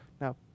Now